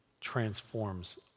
transforms